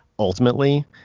ultimately